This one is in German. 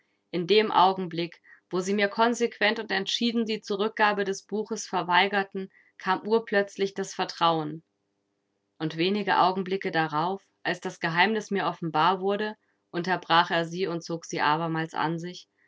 in dem augenblick wo sie mir konsequent und entschieden die zurückgabe des buches verweigerten kam urplötzlich das vertrauen und wenige augenblicke darauf als das geheimnis mir offenbar wurde unterbrach er sie und zog sie abermals an sich